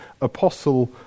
apostle